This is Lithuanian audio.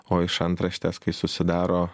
o iš antraštės kai susidaro